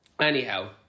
Anyhow